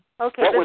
Okay